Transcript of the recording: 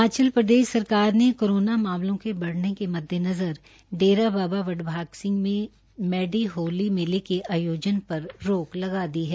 हिमाचल प्रदेश सरकार ने कोरोना मामलों के बढ़ने के मद्देनज़र डेरा बडभाग सिंह में मैडी होली मेले के आयोजन पर रोक लगा दी है